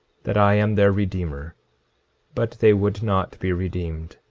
that i am their redeemer but they would not be redeemed.